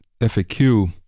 FAQ